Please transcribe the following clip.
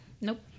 Nope